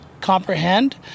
comprehend